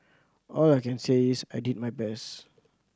all I can say is I did my best